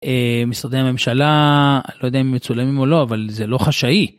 משרדי הממשלה, לא יודע אם מצולמים או לא, אבל זה לא חשאי.